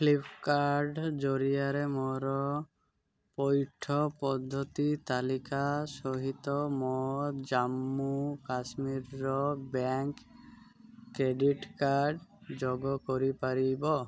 Flipkart ଜରିଆରେ ମୋର ପଇଠ ପଦ୍ଧତି ତାଲିକା ସହିତ ମୋ Jammu Kashmir bank credit card ଯୋଗ କରିପାରିବ